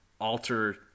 alter